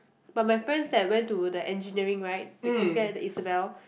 but my friends that went to the engineering right the the Isabel